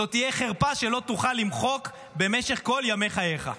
זו תהיה חרפה שלא תוכל למחוק במשך כל ימי חייך.